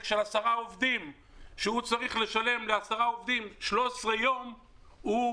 של עשרה עובדים שהוא צריך לשלם לעשרה עובדים 13 ימי בידוד,